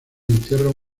entierro